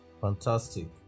Fantastic